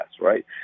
Right